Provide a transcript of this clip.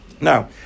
Now